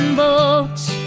boats